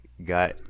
got